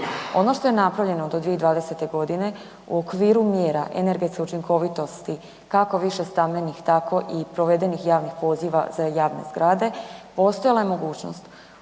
Ono što je napravljeno do 2020.g. u okviru mjera energetske učinkovitosti kako višestambenih tako i provedenih javnih poziva za javne zgrade, postojala je mogućnost